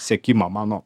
sekimą mano